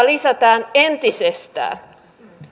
lisätään monimutkaisuutta entisestään